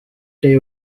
they